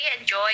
enjoy